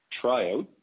tryout